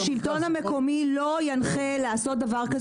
השלטון המקומי לא ינחה לעשות דבר כזה,